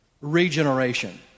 Regeneration